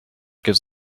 gives